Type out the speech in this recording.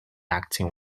acting